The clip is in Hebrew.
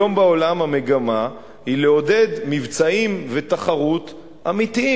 היום בעולם המגמה היא לעודד מבצעים ותחרות אמיתיים.